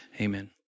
Amen